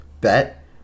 bet